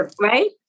Right